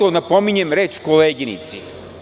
Napominjem reč: „koleginici“